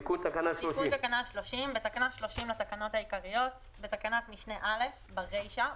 תיקון תקנה 30 בתקנה 30 לתקנות העיקריות בתקנת משנה (א)- ברישה,